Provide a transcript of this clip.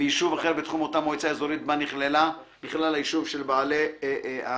בישוב אחר בתחום אותה מועצה אזורית בה נכלל היישוב של בעלי המכסה,"